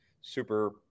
super